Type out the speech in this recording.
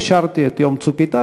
אישרתי את יום "צוק איתן",